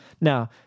Now